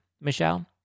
Michelle